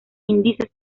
índices